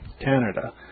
Canada